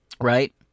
right